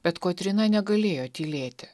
bet kotryna negalėjo tylėti